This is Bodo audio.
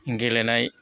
गेलेनाय